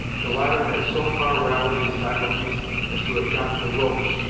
the latter had so far rallied his faculties as to have gotten the ropes,